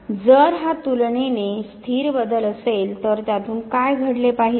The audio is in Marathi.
जर हा तुलनेने स्थिर बदल असेल तर त्यातून काय घडले पाहिजे